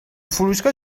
فروشگاه